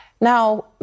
Now